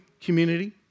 community